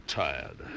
tired